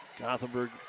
Gothenburg